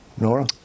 Nora